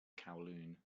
kowloon